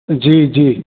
जी जी